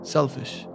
Selfish